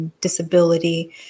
Disability